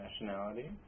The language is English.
nationality